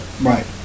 Right